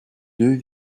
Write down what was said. deux